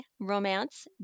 romance